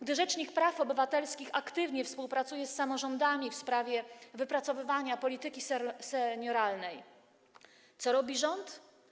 Gdy rzecznik praw obywatelskich aktywnie współpracuje z samorządami w sprawie wypracowywania polityki senioralnej, co robi rząd?